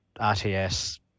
RTS